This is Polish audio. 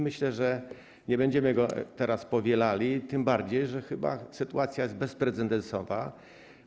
Myślę, że nie będziemy go teraz powielali, tym bardziej że chyba sytuacja jest bezprecedensowa.